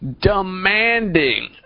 demanding